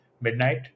midnight